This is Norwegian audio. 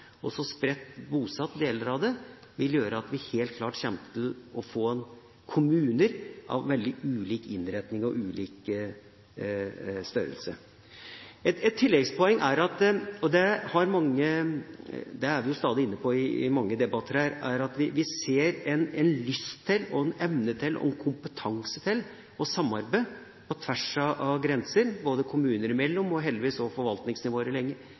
vil gjøre at vi helt klart kommer til å få kommuner med veldig ulik innretning og ulik størrelse. Et tilleggspoeng, og det er vi stadig inne på i flere debatter, er at vi ser en lyst til, evne til og kompetanse til å samarbeide på tvers av grenser, både kommuner imellom og heldigvis forvaltningsnivåer imellom, ut mot det sivile liv og